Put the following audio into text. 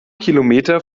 kilometer